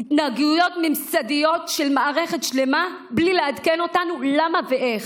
התנהגויות ממסדיות של מערכת שלמה בלי לעדכן אותנו למה ואיך.